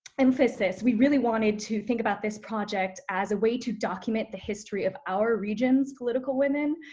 emphasis, we really wanted to think about this project as a way to document the history of our region's political women,